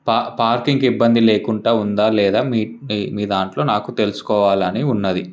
పా పార్కింగ్కి ఇబ్బంది లేకుండా ఉందా లేదా మీ మీ దాంట్లో నాకు తెలుసుకోవాలని ఉన్నది